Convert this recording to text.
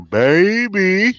baby